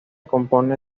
compone